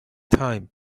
time